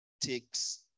takes